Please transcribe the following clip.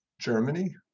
Germany